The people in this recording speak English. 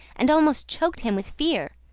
and almost choked him with fear.